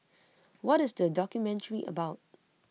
what is the documentary about